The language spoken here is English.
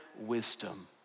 wisdom